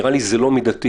זה לא הכלל,